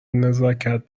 نزاکت